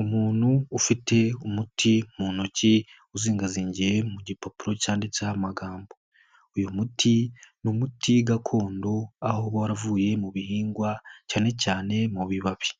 Umuntu ufite umuti mu ntoki uzingazingiye mu gipapuro cyanditseho amagambo. Uyu muti ni umuti gakondo aho uba waravuye mu bihingwa cyane cyane mu bibabi.